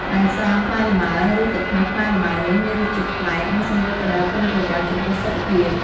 ដែល ស្រាផ្លែលម៉ើ ឬ ទឹកខ្មេះផ្លែលម៉ើនេះ មានរសជាតិប្លែក និងសម្បូរទៅដោយគុណប្រយោជន៍ចំពោះសុខភាព។